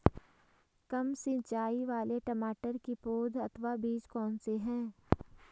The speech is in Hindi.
कम सिंचाई वाले टमाटर की पौध अथवा बीज कौन से हैं?